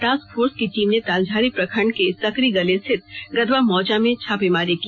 task force की team ने तालझारी प्रखंड के सकरीगली स्थित गदवा मौजा में छापेमारी की